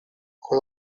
con